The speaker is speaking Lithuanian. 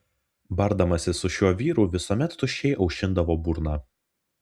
bardamasi su šiuo vyru visuomet tuščiai aušindavo burną